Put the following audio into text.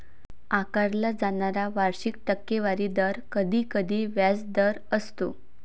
आकारला जाणारा वार्षिक टक्केवारी दर कधीकधी व्याजदर असतो